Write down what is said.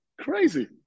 crazy